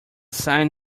sign